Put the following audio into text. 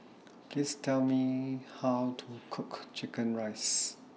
Please Tell Me How to Cook Chicken Rice